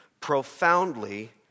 profoundly